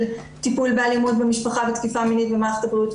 טיפול באלימות במשפחה ותקיפה מינית במערכת הבריאות,